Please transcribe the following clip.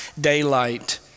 daylight